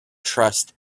trust